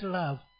love